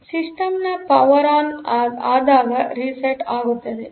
ಆದ್ದರಿಂದ ಸಿಸ್ಟಮ್ನ power on ಆದಾಗ ರಿಸೆಟ್ ಆಗುತ್ತದೆ